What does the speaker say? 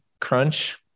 crunch